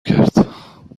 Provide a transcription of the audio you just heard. کرد